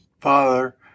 Father